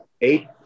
Eight